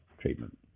treatment